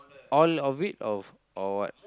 all of it of or what